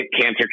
cancer